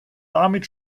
damit